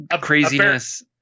craziness